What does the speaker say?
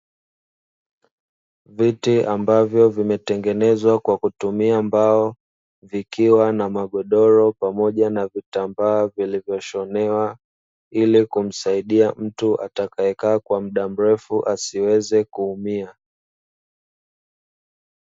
Viti ambavyo vimetengenezwa kwa kutumia mbao vikiwa na magodoro pamoja na vitambaa, vilivyoshonewa ili kumsaidia mtu atakae kaa kwa muda mrefu asiweze kuumia.